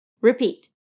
Repeat